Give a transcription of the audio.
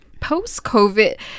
Post-COVID